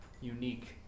unique